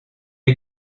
est